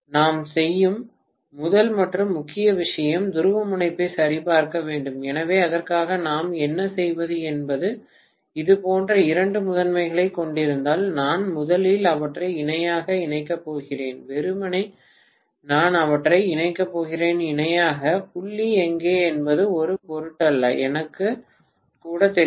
நாம் செய்யும் முதல் மற்றும் முக்கிய விஷயம் துருவமுனைப்பைச் சரிபார்க்க வேண்டும் எனவே அதற்காக நாம் என்ன செய்வது என்பது இதுபோன்ற இரண்டு முதன்மைகளைக் கொண்டிருந்தால் நான் முதலில் அவற்றை இணையாக இணைக்கப் போகிறேன் வெறுமனே நான் அவற்றை இணைக்கப் போகிறேன் இணையாக புள்ளி எங்கே என்பது ஒரு பொருட்டல்ல எனக்கு கூட தெரியாது